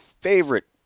favorite